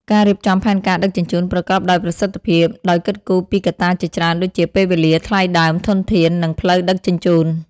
ការរៀបចំផែនការដឹកជញ្ជូនប្រកបដោយប្រសិទ្ធភាព ដោយគិតគូរពីកត្តាជាច្រើនដូចជា ពេលវេលា ថ្លៃដើម ធនធាន និងផ្លូវដឹកជញ្ជូន។